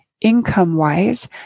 income-wise